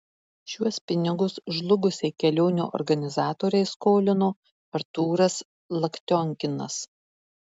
šiuos pinigus žlugusiai kelionių organizatorei skolino artūras laktionkinas